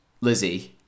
Lizzie